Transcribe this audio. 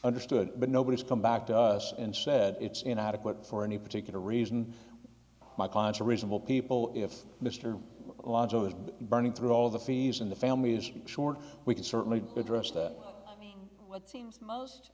understood but nobody's come back to us and said it's inadequate for any particular reason my clients are reasonable people if mr ogilvie is burning through all the fees and the family is short we can certainly address that what seems most